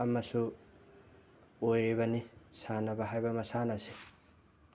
ꯑꯃꯁꯨ ꯑꯣꯏꯔꯤꯕꯅꯤ ꯁꯥꯟꯅꯕ ꯍꯥꯏꯕ ꯃꯁꯥꯟꯅꯁꯤ